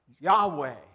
Yahweh